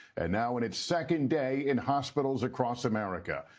and now in its second day in hospitals across america.